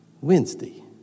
Wednesday